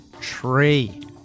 Tree